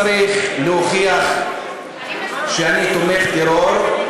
לא אני צריך להוכיח שאני תומך טרור,